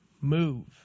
move